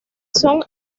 son